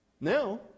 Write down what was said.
now